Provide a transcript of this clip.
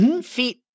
feet